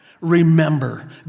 Remember